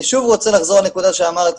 אני שוב רוצה לחזור על נקודה שאמרתי